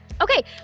Okay